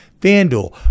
FanDuel